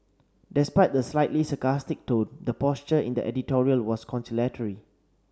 despite the slightly sarcastic tone the posture in the editorial was conciliatory